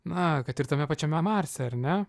na kad ir tame pačiame marse ar ne